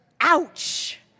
ouch